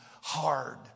hard